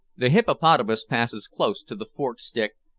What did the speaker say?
the hippopotamus passes close to the forked stick,